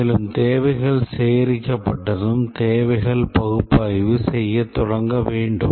மேலும் தேவைகள் சேகரிக்கப்பட்டதும் தேவைகள் பகுப்பாய்வு செய்யத் தொடங்க வேண்டும்